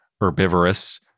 herbivorous